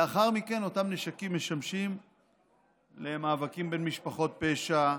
לאחר מכן אותם נשקים משמשים למאבקים בין משפחות פשע,